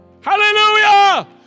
Hallelujah